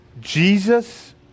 Jesus